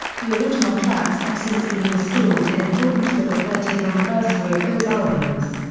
the original tracks have since been restored in accordance with the thirtieth anniversary of those albums.